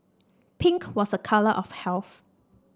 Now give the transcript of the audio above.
pink was a colour of health